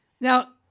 Now